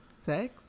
sex